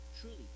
truly